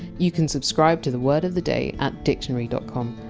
you can subscribe to the word of the day at dictionary dot com.